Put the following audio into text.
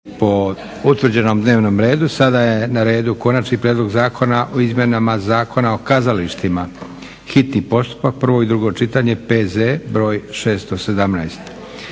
po utvrđenom dnevnom redu. Sada je na redu: - Konačni prijedlog zakona o izmjenama Zakona o kazalištima, hitni postupak, prvo i drugo čitanje, P.Z. br. 617